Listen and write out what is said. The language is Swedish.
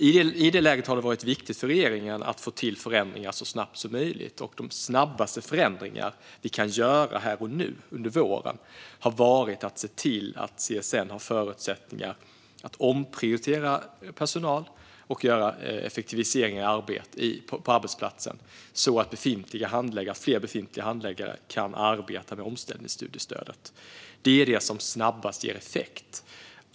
I det här läget har det varit viktigt för regeringen att få till förändringar så snabbt som möjligt, och de snabbaste förändringar vi kunde göra under våren var att se till att CSN hade förutsättningar att omprioritera personal och göra effektiviseringar på arbetsplatsen så att fler befintliga handläggare kan arbeta med omställningsstudiestödet. Det är det som snabbast ger effekt.